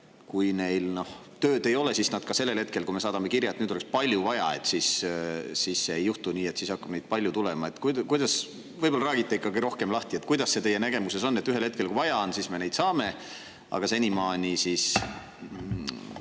kui neil tööd ei ole, siis sellel hetkel, kui me saadame kirja, et nüüd oleks palju vaja, siis ei juhtu nii, et neid hakkab palju tulema. Võib-olla räägite ikkagi rohkem lahti, kuidas see teie nägemuses on, et ühel hetkel, kui vaja on, siis me neid saame, aga senimaani siis